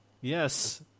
Yes